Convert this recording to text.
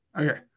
Okay